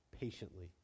patiently